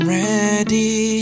ready